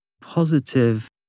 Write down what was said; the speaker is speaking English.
positive